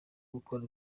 gukora